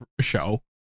show